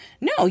No